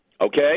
Okay